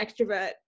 extrovert